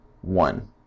one